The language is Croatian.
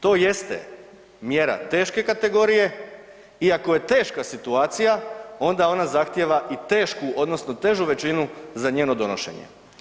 To jeste mjera teške kategorije i ako je teška situacija onda ona zahtjeva i tešku i težu većinu za njeno donošenje.